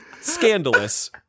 scandalous